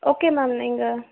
okay ma'am நீங்கள்